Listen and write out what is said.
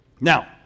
Now